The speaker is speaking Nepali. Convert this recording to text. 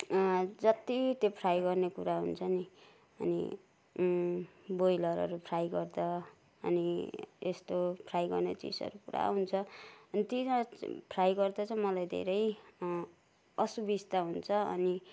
जत्ति त्यो फ्राई गर्ने कुरा हुन्छ नि अनि ब्रोइलरहरू फ्राई गर्दा अनि यस्तो फ्राई गर्ने चिजहरू पुरा हुन्छ अनि तिनीहरू फ्राई गर्दा चाहिँ मलाई धेरै असुबिस्ता हुन्छ अनि